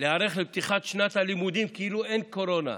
לפתיחת שנת הלימודים כאילו אין קורונה.